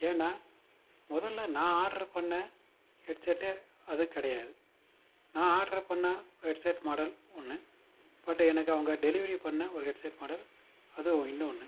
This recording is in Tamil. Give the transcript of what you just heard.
ஏன்னா முதல்ல நான் ஆட்ரு பண்ண ஹெட்செட்டே அது கிடையாது நான் ஆட்ரு பண்ண ஹெட்செட் மாடல் ஒன்று பட் எனக்கு அவங்க டெலிவரி பண்ண ஒரு ஹெட்செட் மாடல் அது ஒ இன்னொன்னு